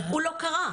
הוא לא קרה.